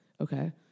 Okay